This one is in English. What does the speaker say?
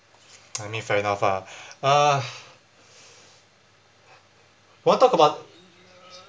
I mean fair enough ah uh want talk about